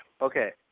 Okay